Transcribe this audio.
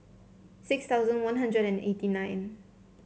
six thousand One Hundred and eighty nine